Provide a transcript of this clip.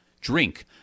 Drink